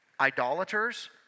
idolaters